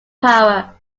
power